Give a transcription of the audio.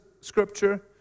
scripture